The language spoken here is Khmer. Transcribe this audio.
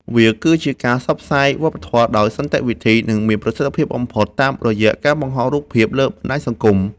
វាគឺជាការផ្សព្វផ្សាយវប្បធម៌ដោយសន្តិវិធី និងមានប្រសិទ្ធភាពបំផុតតាមរយៈការបង្ហោះរូបភាពលើបណ្ដាញសង្គម។